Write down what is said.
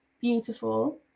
beautiful